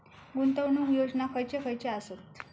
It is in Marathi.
गुंतवणूक योजना खयचे खयचे आसत?